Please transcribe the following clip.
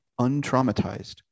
untraumatized